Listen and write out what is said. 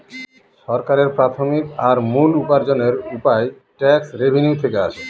সরকারের প্রাথমিক আর মূল উপার্জনের উপায় ট্যাক্স রেভেনিউ থেকে আসে